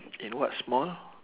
in what small